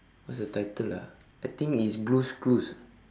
what's the title ah I think it's blue's clues